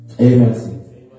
Amen